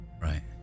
Right